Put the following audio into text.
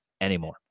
anymore